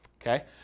okay